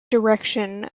direction